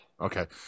Okay